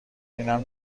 اینم